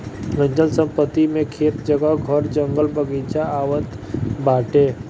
अचल संपत्ति मे खेत, जगह, घर, जंगल, बगीचा आवत बाटे